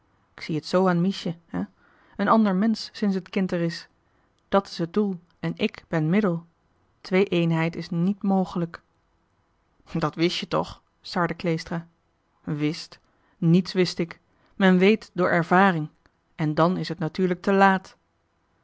k zie het zoo aan miesje hè een ander mensch sinds het kind er is dat is het doel en ik ben middel twee eenheid is niet mogelijk dat wist je toch sarde kleestra wist niks wist ik men weet door ervaring en dan is het te laat